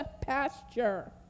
pasture